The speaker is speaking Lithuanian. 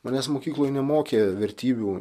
manęs mokykloj nemokė vertybių